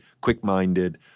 quick-minded